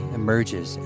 emerges